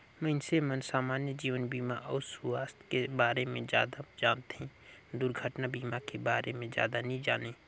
मइनसे मन समान्य जीवन बीमा अउ सुवास्थ के बारे मे जादा जानथें, दुरघटना बीमा के बारे मे जादा नी जानें